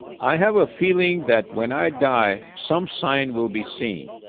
i have a feeling that when i die, some sign will be seen.